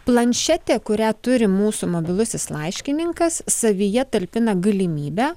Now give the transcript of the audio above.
planšetė kurią turi mūsų mobilusis laiškininkas savyje talpina galimybę